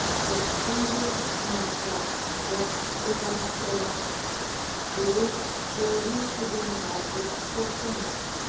what pleases myself that will i say out it is for you to bring about its fulfilment.